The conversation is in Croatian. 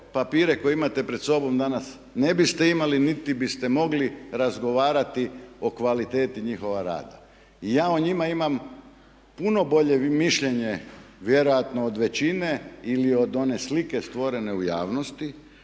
papire koje imate pred sobom danas ne biste imali niti biste mogli razgovarati o kvaliteti njihova rada. Ja o njima imam puno bolje mišljenje vjerojatno od većine ili od one slike stvorene u javnosti,